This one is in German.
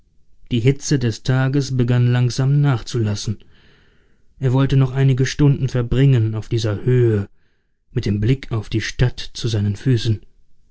die hitze des tages begann langsam nachzulassen er wollte noch einige stunden verbringen auf dieser höhe mit dem blick auf die stadt zu seinen füßen